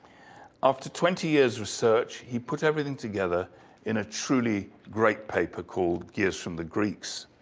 after twenty years of search, he put everything together in a truly great paper called, gears from the greeks.